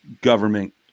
government